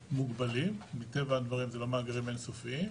מוגבלים, מטבע הדברים, הם לא מאגרים אינסופיים.